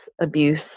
abuse